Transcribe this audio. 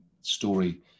story